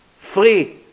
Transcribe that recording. free